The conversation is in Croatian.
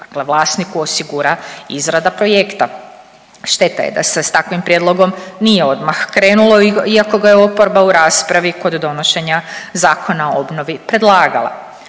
dakle vlasniku osigura izrada projekta. Šteta je da se s takvim prijedlogom nije odmah krenulo iako ga je oporba u raspravi kod donošenja Zakona o obnovi predlagala.